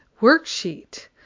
worksheet